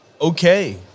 okay